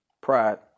Pride